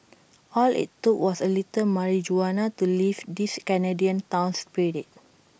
all IT took was A little Mari Juana to lift this Canadian town's spirits